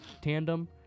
tandem